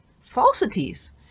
falsities